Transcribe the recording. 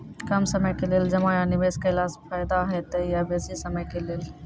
कम समय के लेल जमा या निवेश केलासॅ फायदा हेते या बेसी समय के लेल?